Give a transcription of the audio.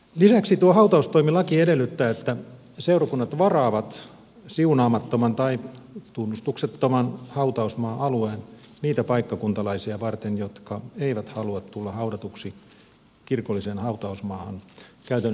lisäksi hautaustoimilaki edellyttää että seurakunnat varaavat siunaamattoman tai tunnustuksettoman hautausmaa alueen niitä paikkakuntalaisia varten jotka eivät halua tulla haudatuksi kirkolliseen hautausmaahan